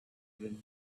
even